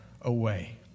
away